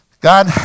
God